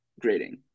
grading